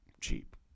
cheap